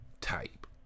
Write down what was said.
type